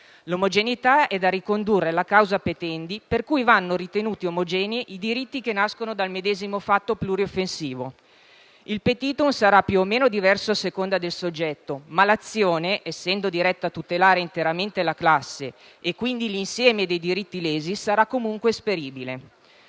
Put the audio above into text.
L'omogeneità è da ricondurre alla causa *petendi*, per cui vanno ritenuti omogenei i diritti che nascono dal medesimo fatto plurioffensivo. Il *petitum* sarà più o meno diverso a seconda del soggetto ma l'azione, essendo diretta a tutelare interamente la classe, e quindi l'insieme dei diritti lesi, sarà comunque esperibile.